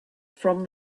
from